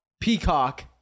peacock